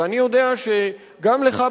ואני יודע שגם לך,